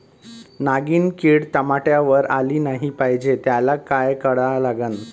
नागिन किड टमाट्यावर आली नाही पाहिजे त्याले काय करा लागन?